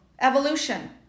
evolution